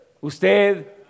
Usted